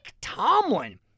Tomlin